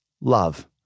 Love